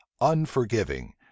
unforgiving